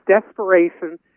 desperation